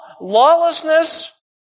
lawlessness